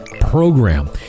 program